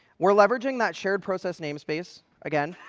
we're leveraging that shared process namespace again.